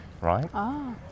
right